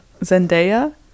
Zendaya